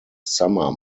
summer